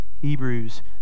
Hebrews